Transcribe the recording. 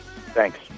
Thanks